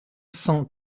cent